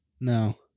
No